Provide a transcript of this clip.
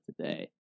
today